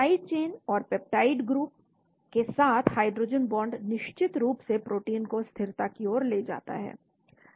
side chain और peptide group के साथ हाइड्रोजन बांड निश्चित रूप से प्रोटीन को स्थिरता की ओर ले जाता है